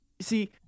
See